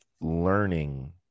learning